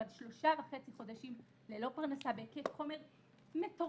אבל שלושה וחצי חודשים ללא פרנסה בהיקף חומר מטורף